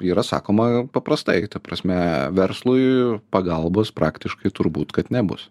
yra sakoma paprastai ta prasme verslui pagalbos praktiškai turbūt kad nebus